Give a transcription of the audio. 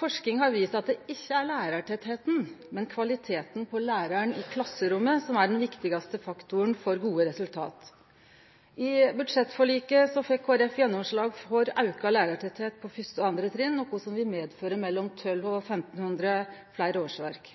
Forsking har vist at det ikkje er lærartettleiken, men kvaliteten på læraren i klasserommet som er den viktigaste faktoren for gode resultat. I budsjettforliket fekk Kristeleg Folkeparti gjennomslag for auka lærartettleik på fyrste og andre trinnet, noko som vil føre med seg mellom 1 200 og 1 500 fleire årsverk.